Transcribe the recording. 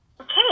Okay